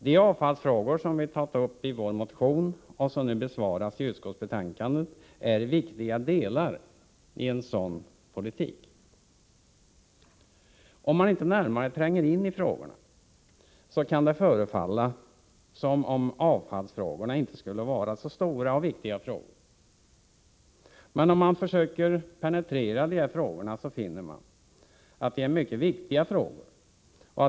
De avfallsfrågor som vi berör i vår motion och som nu besvaras i utskottsbetänkandet är viktiga delar i en sådan politik. Om man inte närmare sätter sig in i dessa avfallsfrågor, kan man få uppfattningen att de inte skulle vara så stora och viktiga. Men om man försöker penetrera dem, finner man att de är mycket viktiga.